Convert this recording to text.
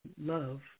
love